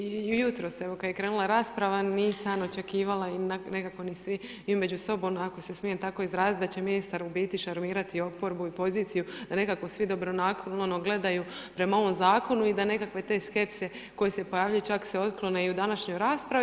I jutros evo kada je krenula rasprava nisam očekivala i nekako i svi među sobom ako se smijem tako izraziti, da će ministar u biti šarmirati oporbu i poziciju, da nekako svi dobronaklono gledaju prema ovom zakonu i da nekakve te skepse koje se pojavljuju čak se otklone i u današnjoj raspravi.